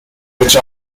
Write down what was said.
which